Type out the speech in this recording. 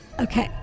Okay